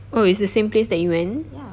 oh it's the same place that you went